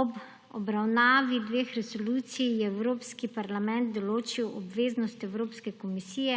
Ob obravnavi dveh resolucij je Evropski parlament določil obveznost Evropske komisije,